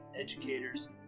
educators